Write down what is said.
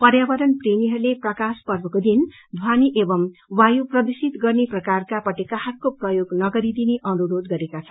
पर्यावरण प्रेममीहरूले प्रकाश पर्वको दिन ध्वनि एवं वायु प्रदूर्षित गर्ने प्रकारको पटेकाहरूको प्रयोग नगरिदिने अनुरोध गरेको छ